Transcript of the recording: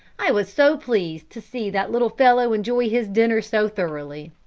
i was so pleased to see that little fellow enjoy his dinner so thoroughly.